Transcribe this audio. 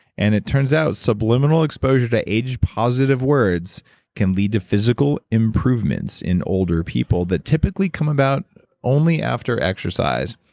and it turns out subliminal exposure to age positive words can lead to physical improvements in older people that typically come about only after exercise.